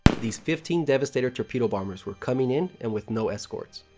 these fifteen devastator torpedo-bombers were coming in and with no escorts.